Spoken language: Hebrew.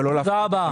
ולא להפחית חלילה.